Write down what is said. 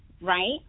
right